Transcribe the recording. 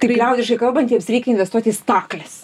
kaip liaudiškai kalbant jiems reikia investuoti į stakles